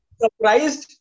surprised